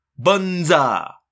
Bunza